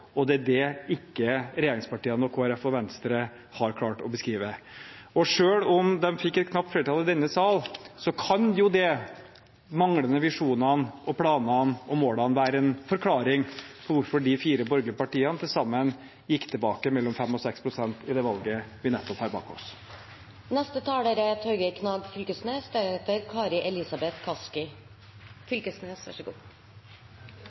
Kristelig Folkeparti og Venstre ikke har klart å beskrive. Selv om de fikk et knapt flertall i denne sal, kan jo de manglende visjonene, planene og målene være en forklaring på hvorfor de fire borgerlige partiene til sammen gikk tilbake med 5– 6 pst. i det valget vi nettopp har bak oss. I denne finansdebatten forsøker Høgre og Framstegspartiet seg på litt av ein operasjon: å skape eit bilete av seg sjølv som dei einaste ansvarlege i norsk politikk. Ansvarleg er